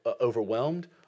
overwhelmed